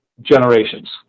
generations